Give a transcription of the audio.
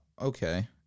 Okay